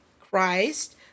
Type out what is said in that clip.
Christ